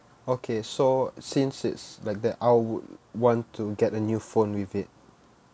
okay so since it's like that I would want to get a new phone with it